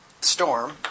storm